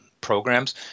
programs